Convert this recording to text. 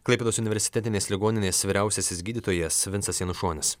klaipėdos universitetinės ligoninės vyriausiasis gydytojas vincas janušonis